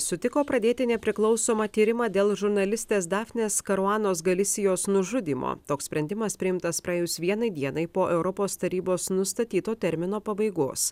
sutiko pradėti nepriklausomą tyrimą dėl žurnalistės dafnės karuanos galisijos nužudymo toks sprendimas priimtas praėjus vienai dienai po europos tarybos nustatyto termino pabaigos